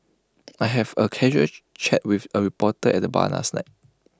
I have A casual chat with A reporter at the bar last night